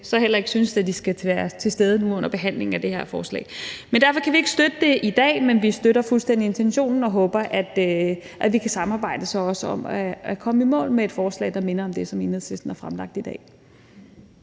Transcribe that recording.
så heller ikke synes, at de skal være til stede nu under behandlingen af det her forslag. Derfor kan vi ikke støtte det i dag, men vi støtter fuldstændig intentionen og håber, at vi så også kan samarbejde om at komme i mål med et forslag, der minder om det, som Enhedslisten har fremsat. Kl.